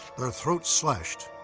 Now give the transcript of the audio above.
their throats slashed.